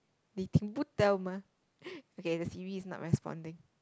你听不到吗 okay the Siri is not responding